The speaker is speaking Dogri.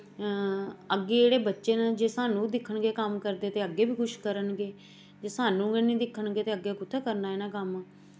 अग्गे जेह्ड़े बच्चें न जे सानूं दिक्खन गे कम्म करदे ते अग्गें बी कुछ करन गे जे सानूं गै निं दिक्खन गे ते अग्गै कुत्थै करना इ'नें कम्म